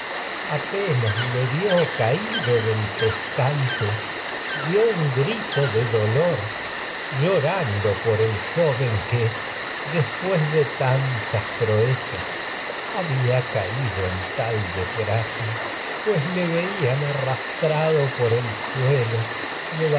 apenas le vió caído del pescante de dió nn grito dolor llorando por el joven que después de tantas pues proezas había por caído el en tal desgracia le veían arrastrado suelo